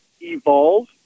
evolve